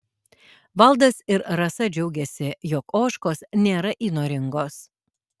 valdas ir rasa džiaugiasi jog ožkos nėra įnoringos